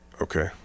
Okay